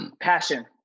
passion